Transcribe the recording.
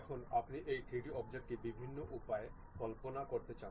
এখন আপনি এই 3D অবজেক্টটি বিভিন্ন উপায়ে কল্পনা করতে চান